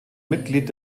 mitglied